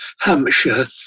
Hampshire